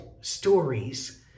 stories